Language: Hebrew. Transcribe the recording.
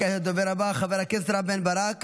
כעת הדובר הבא, חבר הכנסת רם בן ברק,